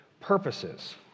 purposes